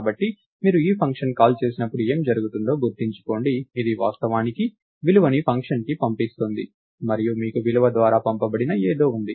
కాబట్టి మీరు ఈ ఫంక్షన్ కాల్ చేసినప్పుడు ఏమి జరుగుతుందో గుర్తుంచుకోండి ఇది వాస్తవానికి విలువని ఫంక్షన్కి పంపిస్తుంది మరియు మీకు విలువ ద్వారా పంపబడిన ఏదో ఉంది